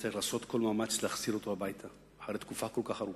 שצריך לעשות כל מאמץ להחזיר אותו הביתה אחרי תקופה כל כך ארוכה.